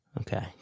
Okay